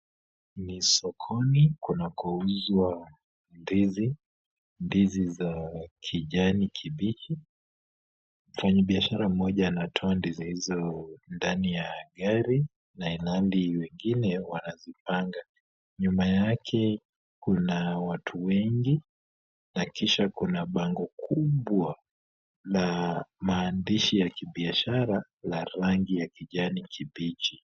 Ni sokoni kunakouzwa ndizi, ndizi za kijani kibichi, mfanyibiashara mmoja anatoa ndizi hizo ndani ya gari na ilhali wengine wanazipanga, nyuma yake kunaa watu wengi na kisha kuna bango kubwa la maandishi ya kibiashara la rangi ya kijani kibichi.